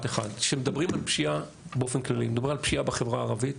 כשמדברים על פשיעה באופן כללי ומדובר על פשיעה בחברה הערבית,